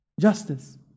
Justice